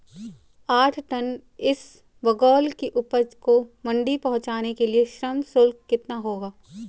आठ टन इसबगोल की उपज को मंडी पहुंचाने के लिए श्रम शुल्क कितना होगा?